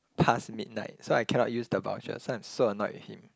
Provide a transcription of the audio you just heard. past midnight so I cannot use the voucher so I'm so annoyed with him